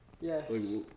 Yes